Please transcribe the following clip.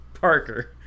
Parker